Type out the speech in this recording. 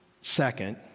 Second